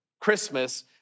Christmas